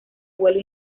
vuelo